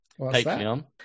Patreon